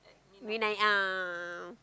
midnight ah